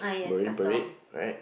Marina-Parade right